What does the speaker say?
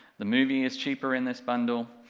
the movie is cheaper in this bundle.